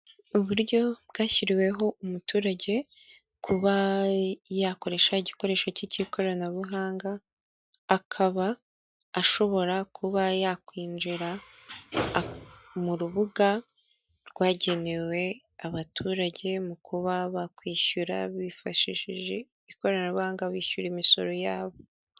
Uburyo bwashyiriweho umuturage kuba yakoresha igikoresho cye cy'ikoranabuhanga akaba ashobora kuba yakwinjira mu rubuga rwagenewe abaturage mu kuba bakwishyura bifashishije ikoranabuhanga bishyura imisoro yabo.